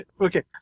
Okay